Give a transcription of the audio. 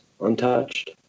untouched